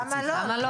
למה לא?